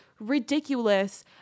ridiculous